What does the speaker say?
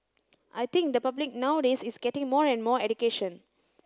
I think the public nowadays is getting more and more education